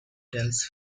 tells